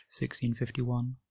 1651